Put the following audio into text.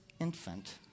infant